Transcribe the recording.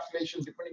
depending